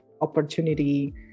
opportunity